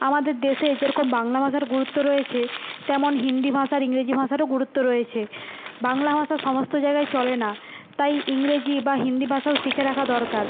আমাদের দেশে যে রকম বাংলা ভাষার গুরুত্ব রয়েছে তেমন হিন্দি ভাষার ইংরেজি ভাষারও গুরুত্ব রয়েছে বাংলা ভাষা সমস্ত জায়গায় চলে না তাই ইংরেজি বা হিন্দি ভাষাও শিখে রাখা দরকার